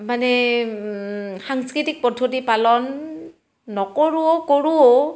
মানে সাংস্কৃতিক পদ্ধতি পালন নকৰোঁও কৰোঁও